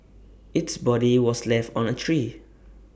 its body was left on A tree